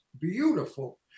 beautiful